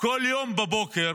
כל יום בבוקר